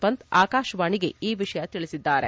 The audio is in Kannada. ಪಂತ್ ಆಕಾಶವಾಣಿಗೆ ಈ ವಿಷಯ ತಿಳಿಸಿದ್ದಾರೆ